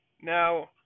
Now